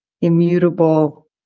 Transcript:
immutable